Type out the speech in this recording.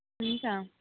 हुन्छ